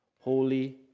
holy